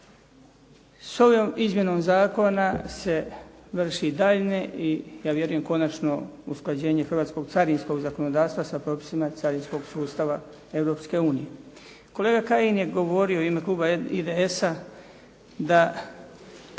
S ovom izmjenom zakona se vrši daljnje i ja vjerujem konačno usklađenje hrvatskog carinskog zakonodavstva sa propisima carinskog sustava Europske unije. Kolega Kajin je govorio u ime kluba IDS-a da